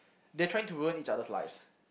they trying to ruin each other's lives